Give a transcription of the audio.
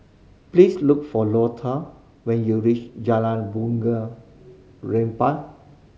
please look for Lota when you reach Jalan Bunga Rampai